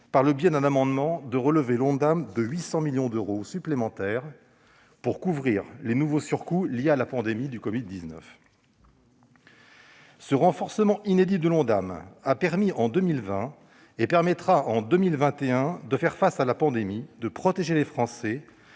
par le biais d'un amendement, de relever l'Ondam de 800 millions d'euros supplémentaires pour couvrir les nouveaux surcoûts liés à la pandémie de covid-19. Ce renforcement inédit de l'Ondam a permis en 2020 et permettra en 2021 de faire face à la pandémie, de protéger les Français,